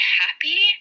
happy